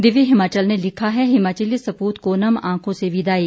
दिव्य हिमाचल ने लिखा है हिमाचली सपूत को नम आंखों से विदाई